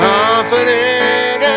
Confident